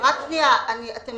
אומר